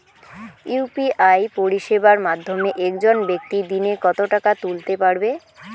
UPI পরিষেবার মাধ্যমে একজন ব্যাক্তি দিনে কত টাকা তুলতে পারবে?